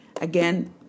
Again